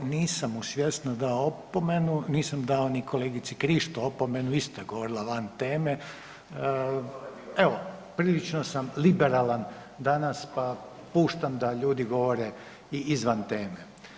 Nisam mu svjesno dao opomenu, nisam dao ni kolegici Krišto opomenu isto je govorila van teme, evo prilično sam liberalan danas pa puštam da ljudi govore i izvan teme.